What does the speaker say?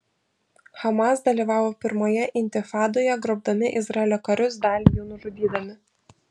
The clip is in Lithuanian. hamas dalyvavo pirmoje intifadoje grobdami izraelio karius dalį jų nužudydami